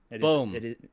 Boom